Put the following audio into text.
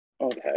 Okay